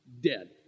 dead